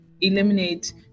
eliminate